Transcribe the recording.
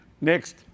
next